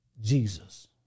Jesus